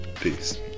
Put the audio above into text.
peace